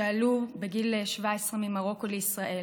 שעלו בגיל 17 ממרוקו לישראל